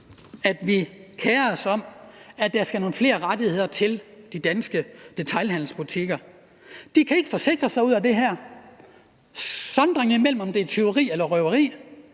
at vi kerer os om, at der skal nogle flere rettigheder til de danske detailhandelsbutikker. De kan ikke forsikre sig ud af det her. Sondringen imellem, om det er tyveri eller røveri,